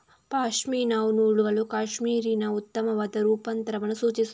ಪಶ್ಮಿನಾವು ನೂಲುವ ಕ್ಯಾಶ್ಮೀರಿನ ಉತ್ತಮವಾದ ರೂಪಾಂತರವನ್ನು ಸೂಚಿಸುತ್ತದೆ